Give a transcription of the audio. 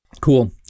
Cool